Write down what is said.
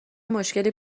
مشکلی